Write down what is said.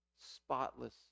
spotless